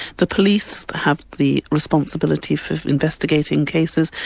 the police have the responsibility for investigating cases,